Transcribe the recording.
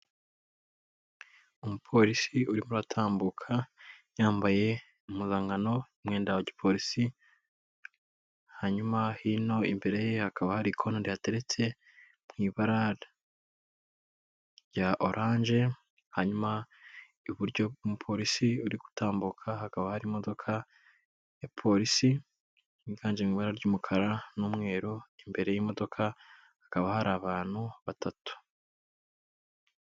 Umupolisi urimo uratambuka yambaye impuzankano y'umwenda wa gipolisi, hanyuma hino imbere ye hakaba hari ikona rihateretse mu ibara rya oranje, hanyuma iburyo bw'umupolisi uri gutambuka hakaba hari imodoka ya polisi, yiganje mu ibara ry'umukara n'umweru, imbere y'imodoka hakaba hari abantu batatu.